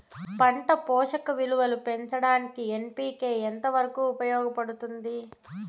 పంట పోషక విలువలు పెంచడానికి ఎన్.పి.కె ఎంత వరకు ఉపయోగపడుతుంది